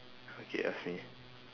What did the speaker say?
okay ask me